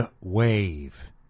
wave